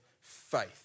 faith